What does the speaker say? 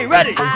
Ready